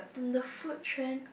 the food trend